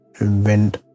went